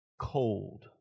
Cold